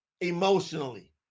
emotionally